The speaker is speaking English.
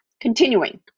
Continuing